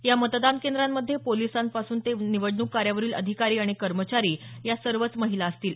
या मतदान केंद्रांमध्ये पोलिसांपासून ते निवडणूक कार्यावरील अधिकारी आणि कर्मचारी या सर्वच महिला असतील